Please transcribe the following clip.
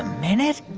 minute.